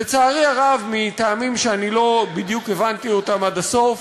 לצערי הרב, מטעמים שאני לא בדיוק הבנתי עד הסוף,